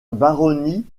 baronnie